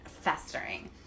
Festering